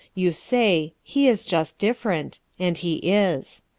you say he is just different, and he is.